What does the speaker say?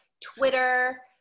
twitter